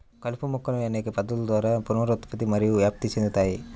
కలుపు మొక్కలు అనేక పద్ధతుల ద్వారా పునరుత్పత్తి మరియు వ్యాప్తి చెందుతాయి